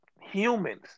humans